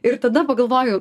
ir tada pagalvojau